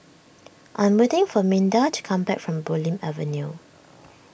I'm waiting for Minda to come back from Bulim Avenue